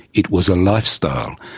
it was a lifestyle.